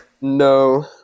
No